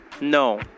No